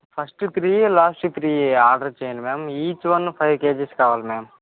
first three last three order చేయండి ma'am each one five K Gs కావాలి ma'am